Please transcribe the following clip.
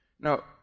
Now